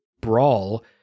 brawl